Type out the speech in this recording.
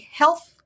health